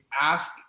ask